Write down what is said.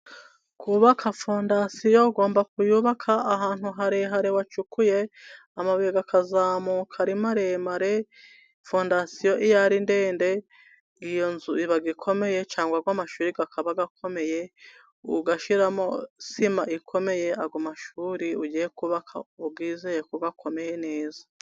Kubaka fondasiyo ugomba kuyubaka ahantu harehare wacukuye, amabuye akazamuka ari maremare. Fondasiyo iyo ari ndende, iyo nzu iba ikomeye cyangwa amashuri akaba akomeye, ugashyiramo sima ikomeye, ayo mashuri ugiye kubaka, uba wizeye ko akomeye neza.